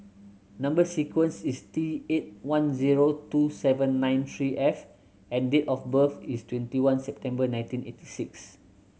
number sequence is T eight one zero two seven nine three F and date of birth is twenty one September nineteen eighty six